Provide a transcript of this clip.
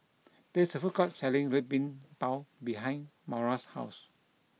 there is a food court selling red bean Bao behind Moira's house